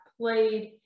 played